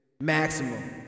maximum